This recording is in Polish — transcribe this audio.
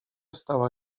stała